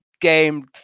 game